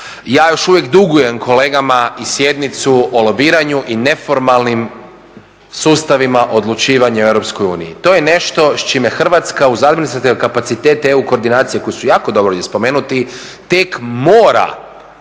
Ja još uvijek dugujem kolegama i sjednicu o lobiranju i neformalnim sustavima odlučivanja u EU. To je nešto s čime Hrvatska uz administrativne kapacitete EU koordinacije koji su jako dobro ovdje spomenuti tek mora